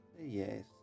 Yes